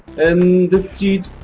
in this datasheet,